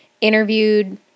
interviewed